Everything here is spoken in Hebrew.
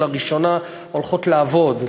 ולראשונה הולכות לעבוד.